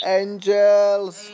angels